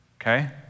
okay